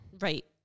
Right